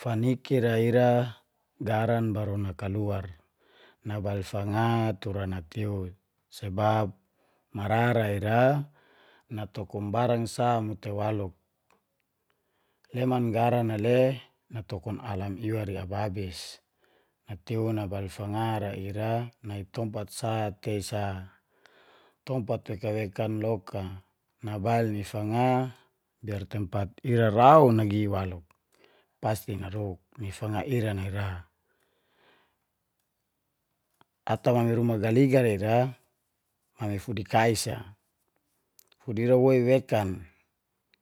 Faniki ra ira, garan baru nakaluar nabal fanga tura natiu. Sebab marara ira natokun barang sa mo tei waluk. Leman garan a le, natokun alam iwa ri ababis, natiw nabail ni fanga ra ira nai tompat sa te sa. Tompat wekan wekan loka, nabail ni fanga biar tompat ira rau nagi waluk pasti naruk ni fanga ira lau ra. Ata ruma galiga ra ira, mami fudi kai sa fudi ira woi wekan